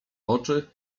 oczy